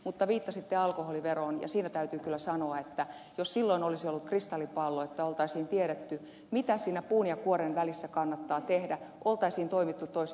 mutta viittasitte alkoholiveroon ja siinä täytyy kyllä sanoa että jos silloin olisi ollut kristallipallo että olisi tiedetty mitä siinä puun ja kuoren välissä kannattaa tehdä olisi toimittu toisin